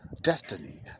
destiny